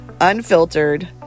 unfiltered